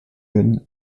würden